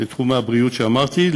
בתחומי הבריאות שאמרתי,